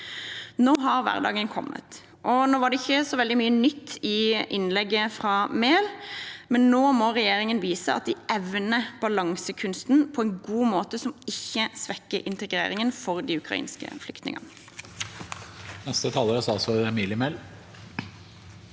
Nå har hverdagen kommet. Det var ikke så veldig mye nytt i innlegget fra Mehl, men nå må regjeringen vise at de evner balansekunsten på en god måte som ikke svekker integreringen for de ukrainske flyktningene.